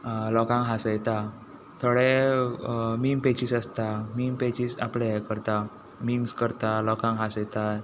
लोकांक हांसयता थोडे मीम पॅजीस आसता मीम पॅजीस आपले हें करता मीम्स करता लोकांक हांसयता